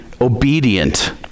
obedient